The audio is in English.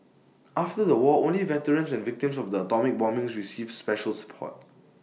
after the war only veterans and victims of the atomic bombings received special support